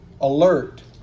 Alert